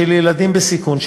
של ילדים בסיכון,